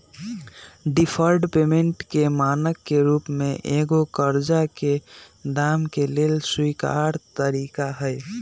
deferred payment के मानक के रूप में एगो करजा के दाम के लेल स्वीकार तरिका हइ